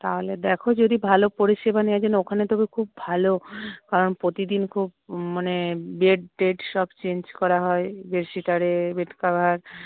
তাহলে দেখো যদি ভালো পরিষেবা নেওয়া যায় কারণ ওইখানে খুব ভালো কারণ প্রতিদিন খুব মানে বেড টেড সব চেঞ্জ করা হয় বেশি বেডকভার